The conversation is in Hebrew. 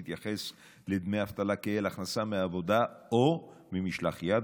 יתייחס לדמי אבטלה כאל הכנסה מעבודה או ממשלח יד,